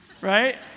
right